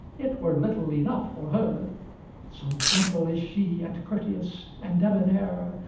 it were little enough for her so gentle is she and courteous, and debonaire,